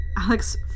Alex